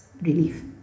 Relief